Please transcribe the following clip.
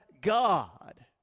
God